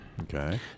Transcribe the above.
Okay